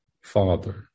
father